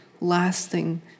lasting